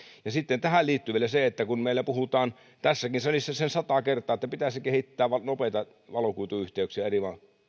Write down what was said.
ja sitten tähän liittyy vielä se kun meillä on puhuttu tässäkin salissa sen sata kertaa että pitäisi kehittää nopeita valokuituyhteyksiä eri